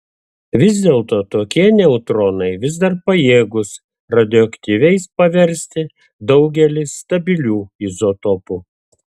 vis dėlto tokie neutronai vis dar pajėgūs radioaktyviais paversti daugelį stabilių izotopų